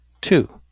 two